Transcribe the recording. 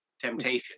temptation